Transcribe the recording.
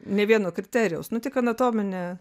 nė vieno kriterijaus nu tik anatominė